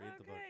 Okay